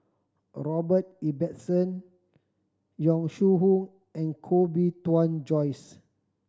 Robert Ibbetson Yong Shu Hoong and Koh Bee Tuan Joyce